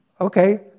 Okay